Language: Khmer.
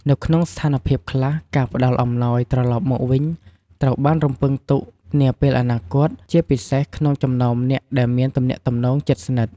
នៅក្នុងស្ថានភាពខ្លះ ការផ្ដល់អំណោយត្រឡប់មកវិញត្រូវបានរំពឹងទុកនាពេលអនាគត ជាពិសេសក្នុងចំណោមអ្នកដែលមានទំនាក់ទំនងជិតស្និទ្ធ។